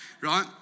right